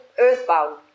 earthbound